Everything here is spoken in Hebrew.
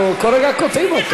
כל רגע קוטעים אותו.